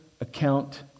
account